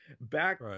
back